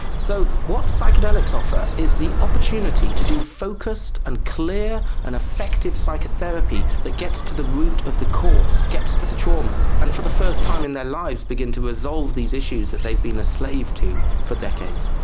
so what psychedelics offer is the opportunity to do focused and clear and effective psychotherapy that gets to the root of the cause, gets to the trauma. and for the first time in their lives begin to resolve these issues that they've been a slave to for decades.